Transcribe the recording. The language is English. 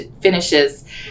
finishes